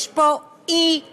יש פה אי-צדק,